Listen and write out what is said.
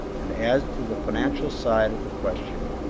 and as to the financial side of the question,